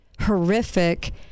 horrific